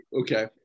Okay